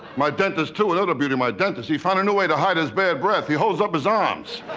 my dentist too, another beauty. my dentist, he found a and way to hide his bad breath he holds up his arms.